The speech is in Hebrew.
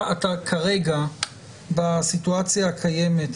בסיטואציה הקיימת,